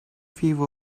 few